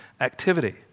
activity